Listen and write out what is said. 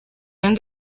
han